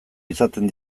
izaten